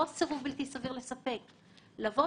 מספיק גדול,